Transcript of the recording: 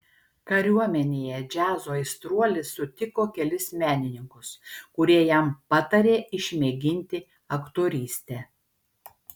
kariuomenėje džiazo aistruolis sutiko kelis menininkus kurie jam patarė išmėginti aktorystę